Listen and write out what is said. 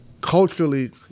Culturally